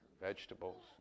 vegetables